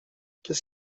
qu’est